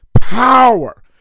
power